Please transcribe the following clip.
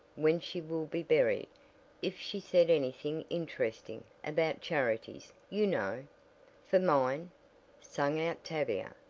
when she will be buried if she said anything interesting about charities, you know for mine! sang out tavia,